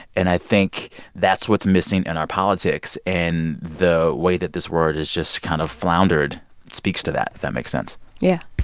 and i think that's what's missing in our politics. and the way that this word has just kind of floundered speaks to that if that makes sense yeah